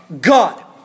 God